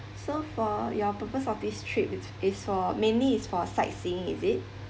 so for your purpose of this trip is is for mainly is for sightseeing is it